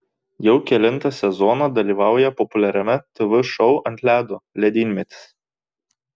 jau kelintą sezoną dalyvauja populiariame tv šou ant ledo ledynmetis